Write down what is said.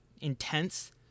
intense